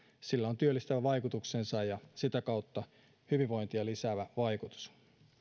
sillä on työllistävä vaikutuksensa ja sitä kautta hyvinvointia lisäävä vaikutus